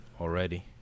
already